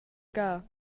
gada